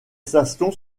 stations